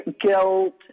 guilt